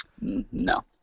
no